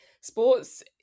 sports